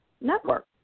Network